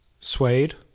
Suede